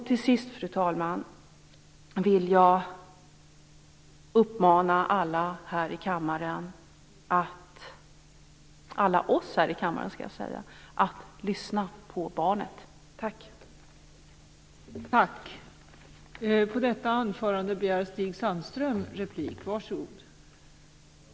Till sist, fru talman, vill jag uppmana alla oss här i kammaren att lyssna på barnet. Tack!